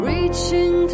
Reaching